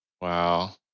Wow